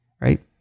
right